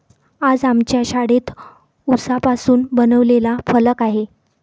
आज आमच्या शाळेत उसापासून बनवलेला फलक आहे